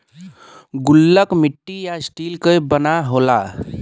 गुल्लक मट्टी या स्टील क बना होला